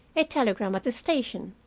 a telegram at the station,